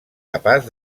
capaç